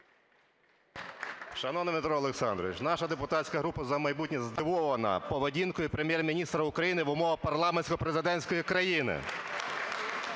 Шановний Дмитро Олександрович, наша депутатська група "За майбутнє" здивована поведінкою Прем’єр-міністра України в умовах парламентсько-президентської країни.